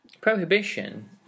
Prohibition